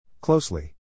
Closely